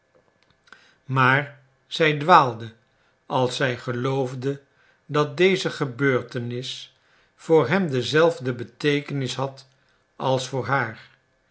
maar zij dwaalde als zij geloofde dat deze gebeurtenis voor hem dezelfde beteekenis had als voor haar